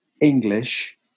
English